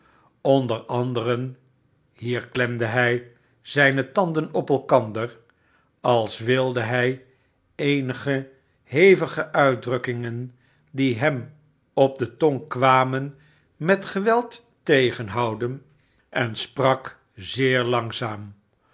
onder anderen hier klemde hij zijne tanden op elkander als wilde hij eenige hevige uitdrukkingen die hem op de tong kwamen met ge veld terughouden en sprak zeer langzaam